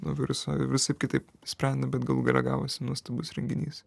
nuo viruso ir visaip kitaip sprendė bet galų gale gavosi nuostabus renginys